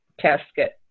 casket